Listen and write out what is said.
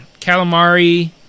calamari